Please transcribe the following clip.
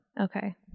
Okay